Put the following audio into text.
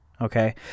okay